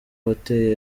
wateye